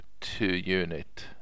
two-unit